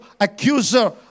accuser